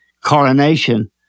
coronation